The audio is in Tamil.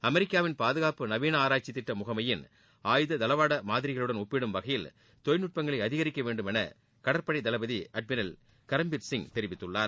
அமெரிக்காவின் பாதுகாப்பு நவீன ஆராய்ச்சி திட்ட முகனமயின் ஆயுத தளவாட மாதிரிகளுடன் ஒப்பிடும் வகையில் தொழில்நுட்பங்களை அதிகரிக்க வேண்டும் என கடற்படை தளபதி அட்மிரல் கரம்பீர் சிங் தெரிவித்துள்ளார்